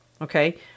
Okay